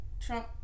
Trump